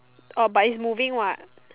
orh but it's moving what